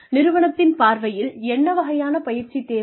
நிறுவனத்தின் பார்வையில் என்ன வகையான பயிற்சி தேவை